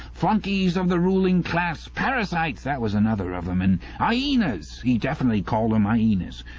flunkies of the ruling class! parasites that was another of them. and ah yenas e definitely called em ah yenas.